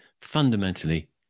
fundamentally